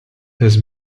this